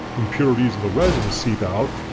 impurities in the resin seep out.